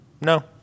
No